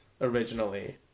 originally